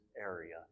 area